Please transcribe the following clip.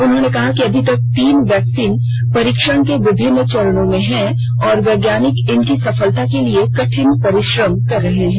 उन्होंने कहा कि अभी तीन वैक्सीन परीक्षण को विभिन्न चरणों में हैं और वैज्ञानिक इनकी सफलता के लिए कठिन परिश्रम कर रहे हैं